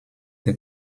der